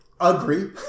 Agree